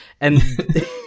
and-